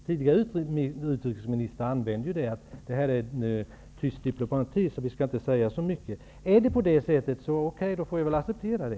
Tidigare utrikesministrar sade ofta att det rör sig om tyst diplomati och därför skall vi inte säga så mycket.